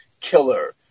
killer